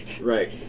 Right